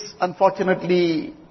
unfortunately